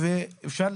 ב-2011 וב-2012